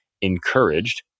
encouraged